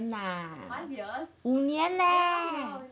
五年 lah 五年 leh